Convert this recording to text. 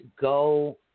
go